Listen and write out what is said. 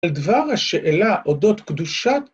‫על דבר השאלה אודות קדושת,